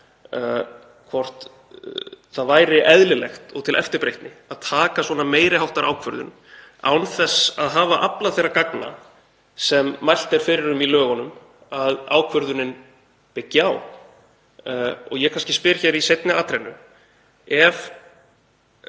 hvort það væri eðlilegt og til eftirbreytni að taka svona meiri háttar ákvörðun án þess að hafa aflað þeirra gagna sem mælt er fyrir um í lögunum að ákvörðunin byggi á. Ég spyr hér í seinni atrennu: Ef